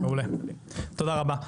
תודה רבה.